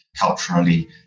culturally